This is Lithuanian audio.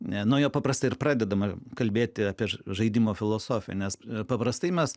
nuo jo paprastai pradedama kalbėti apie žaidimo filosofiją nes paprastai mes